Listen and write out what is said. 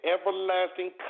everlasting